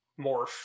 morph